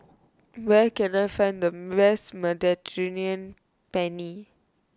where can I find the best Mediterranean Penne